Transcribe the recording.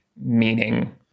meaning